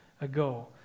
ago